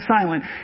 silent